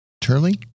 Turley